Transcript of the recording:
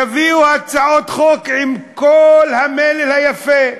תביאו הצעות חוק עם כל המלל היפה.